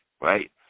right